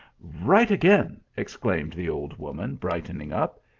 right again! exclaimed the old woman, bright ening up.